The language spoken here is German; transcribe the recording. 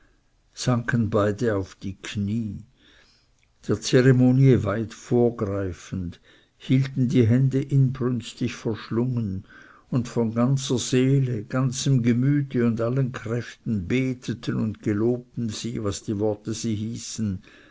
sanken beide auf die knie der zeremonie weit vorgreifend hielten die hände inbrünstig verschlungen und von ganzer seele ganzem gemüte und allen kräften beteten und gelobten sie was die worte sie hießen